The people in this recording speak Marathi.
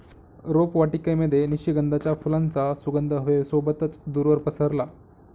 रोपवाटिकेमध्ये निशिगंधाच्या फुलांचा सुगंध हवे सोबतच दूरवर पसरला